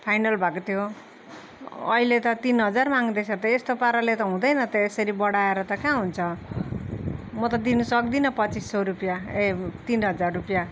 final भएको थियो अहिले त तिन हजार माँग्दैछ त यस्तो पाराले त हुँदैन त यसरी बढाएर कहाँ हुन्छ म त दिनु सक्दिनँ पच्चिस सौ रुपयाँ ए तिन हजार रुपयाँ